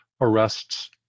arrests